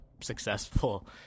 successful